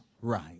right